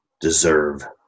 deserve